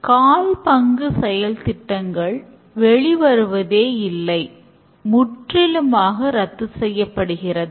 கால் பங்கு செயல்திட்டங்கள் வெளிவருவதே இல்லை முற்றிலுமாக ரத்து செய்யப்படுகிறது